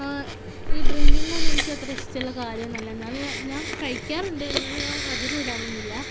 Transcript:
ഡ്രിങ്കിങ്ങോന്നും എനിക്കത്ര ഇഷ്ടമുള്ള കാര്യമൊന്നുമല്ല എന്നാലും ഞാന് കഴിക്കാറുണ്ട് എന്നാലും അതിരുവിടാറൊന്നുമില്ല